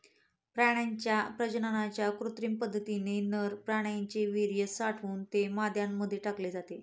प्राण्यांच्या प्रजननाच्या कृत्रिम पद्धतीने नर प्राण्याचे वीर्य साठवून ते माद्यांमध्ये टाकले जाते